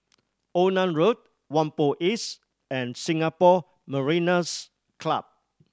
Onan Road Whampoa East and Singapore Mariners' Club